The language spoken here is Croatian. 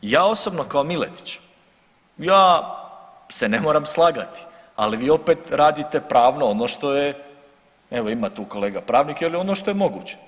Ja osobno kao Miletić, ja se ne moram slagati, ali vi opet radite pravno ono što je, evo ima tu kolega pravnik jel li ono što je moguće.